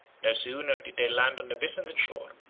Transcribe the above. no sooner did they land on the byzantine shore,